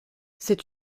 c’est